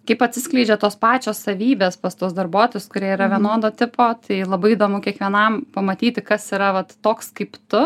kaip atsiskleidžia tos pačios savybės pas tuos darbuotojus kurie yra vienodo tipo tai labai įdomu kiekvienam pamatyti kas yra vat toks kaip tu